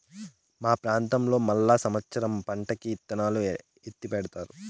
మా ప్రాంతంలో మళ్ళా సమత్సరం పంటకి ఇత్తనాలు ఎత్తిపెడతారు